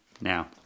Now